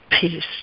peace